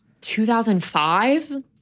2005